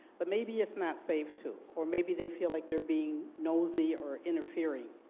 but maybe it's not safe to or maybe they feel like they are being nosey or interfering.